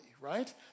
right